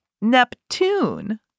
Neptune